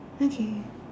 okay